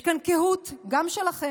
יש כאן קהות גם שלכם,